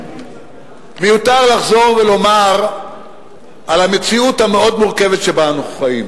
מיותר לחזור ולומר על המציאות המאוד-מורכבת שבה אנו חיים.